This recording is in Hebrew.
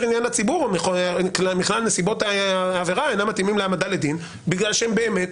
עניין לציבור או נסיבות העבירה אינן מתאימות להעמדה לדין בגלל שהן באמת